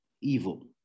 evil